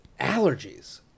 allergies